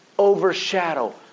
overshadow